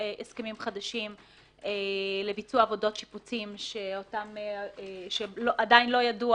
הסכמים חדשים לביצוע עבודות שיפוצים שעדיין לא ידוע,